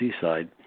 Seaside